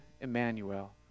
Emmanuel